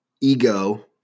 ego